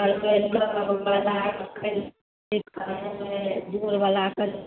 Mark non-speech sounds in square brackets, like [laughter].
[unintelligible] दूर बलाके